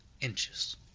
inches